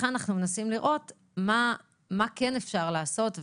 לכן אנחנו מנסים לראות מה כן אפשר לעשות,